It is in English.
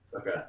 Okay